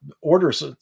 orders